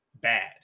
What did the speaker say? bad